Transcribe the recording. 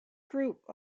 group